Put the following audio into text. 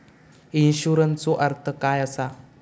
इन्शुरन्सचो अर्थ काय असा?